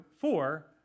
four